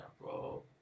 bro